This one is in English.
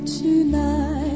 tonight